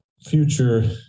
future